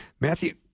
Matthew